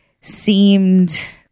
seemed